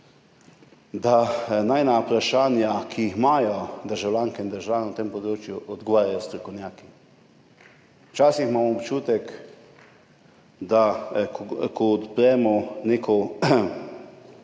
da naj na vprašanja, ki jih imajo državljanke in državljani na tem področju, odgovarjajo strokovnjaki. Včasih imam občutek, da ko odpremo neko